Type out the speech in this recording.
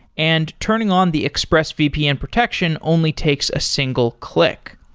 and turning on the exprsesvpn protection only takes a single click.